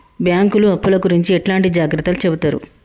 బ్యాంకులు అప్పుల గురించి ఎట్లాంటి జాగ్రత్తలు చెబుతరు?